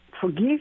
forgive